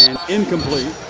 incomplete.